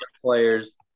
players